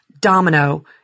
domino